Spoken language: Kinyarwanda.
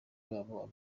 babo